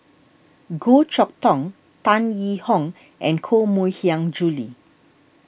Goh Chok Tong Tan Yee Hong and Koh Mui Hiang Julie